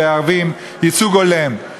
לגבי ערבים, ייצוג הולם.